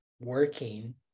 working